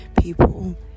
people